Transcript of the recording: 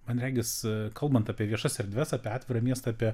man regis kalbant apie viešas erdves apie atvirą miestą apie